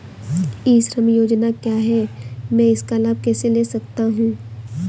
ई श्रम योजना क्या है मैं इसका लाभ कैसे ले सकता हूँ?